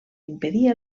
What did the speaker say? impedir